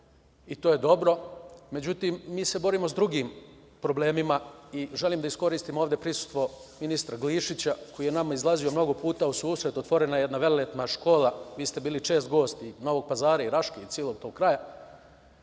i to je dobro. Međutim, mi se borimo sa drugim problemima i želim da iskoristim ovde prisustvo ministra Glišića, koji je nama izlazio mnogo puta u susret, otvorena je jedna velelepna škola, vi ste bili čest gost i Novog Pazara i Raške i celog tog kraja,